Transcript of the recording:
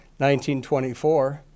1924